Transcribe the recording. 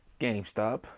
GameStop